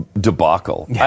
debacle